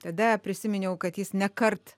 tada prisiminiau kad jis nekart